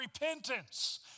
repentance